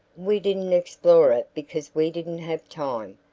we didn't explore it because we didn't have time,